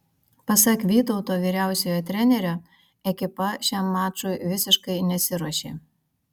pasak vytauto vyriausiojo trenerio ekipa šiam mačui visiškai nesiruošė